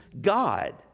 God